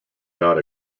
not